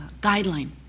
guideline